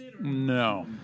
No